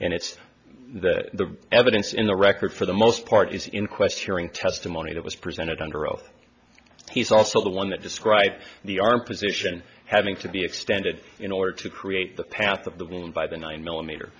and it's the evidence in the record for the most part is in question here in testimony that was presented under oath he's also the one that described the arm position having to be extended in order to create the path of the wound by the nine millimeter